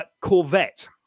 Corvette